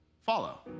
follow